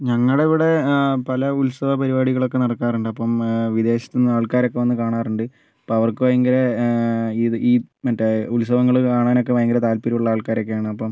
ഞങ്ങടവിടെ പല ഉത്സവ പരിപാടികളൊക്ക നടക്കാറുണ്ട് അപ്പം വിദേശത്തുന്ന് ആൾക്കാരൊക്കെ വന്ന് കാണാറുണ്ട് അപ്പോൾ അവർക്ക് ഭയങ്കര ഈ മറ്റെ ഉത്സവങ്ങൾ കാണാനൊക്കെ ഭയങ്കര താൽപര്യമുള്ള ആൾക്കാരൊക്കെയാണ് അപ്പം